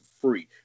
free